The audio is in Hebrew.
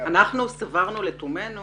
אנחנו סברנו לתומנו